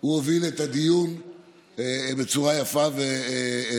הוא הוביל את הדיון בצורה יפה ומקצועית.